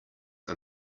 are